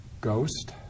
Ghost